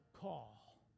call